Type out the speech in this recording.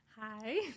Hi